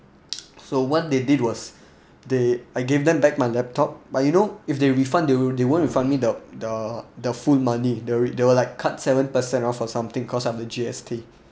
so what they did was they I gave them back my laptop but you know if they refund they they won't refund me the the the full money they will they will like cut seven per cent off or something cause of the G_S_T